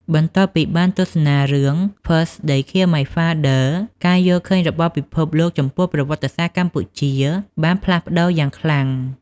បន្ទាប់ពីបានទស្សនារឿង First They Killed My Father ការយល់ឃើញរបស់ពិភពលោកចំពោះប្រវត្តិសាស្ត្រកម្ពុជាបានផ្លាស់ប្ដូរយ៉ាងខ្លាំង។